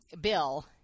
Bill